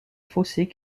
fossés